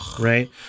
right